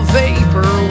vapor